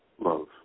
love